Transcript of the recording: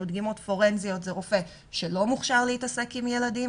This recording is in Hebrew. דגימות פורנזיות זה רופא שלא מוכשר להתעסק עם ילדים,